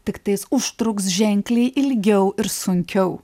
tiktais užtruks ženkliai ilgiau ir sunkiau